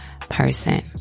person